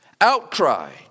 outcry